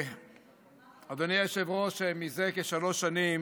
אדוני היושב-ראש, זה כשלוש שנים